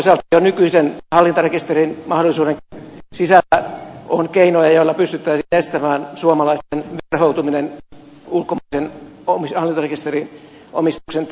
toisaalta jo nykyisen hallintarekisterin mahdollisuuden sisällä on keinoja joilla pystyttäisiin estämään suomalaisten verhoutuminen ulkomaisen hallintarekisteriomistuksen taakse